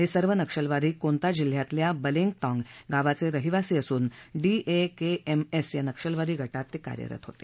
हे सर्व नक्षलवादी कोंता जिल्ह्यातल्या बलेंगताँग गावाचे रहिवाशी असून डीएकेएमएस या नक्षलवादी गटात कार्यरत होते